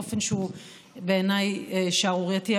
באופן שהוא בעיניי שערורייתי,